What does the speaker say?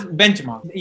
benchmark